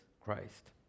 Christ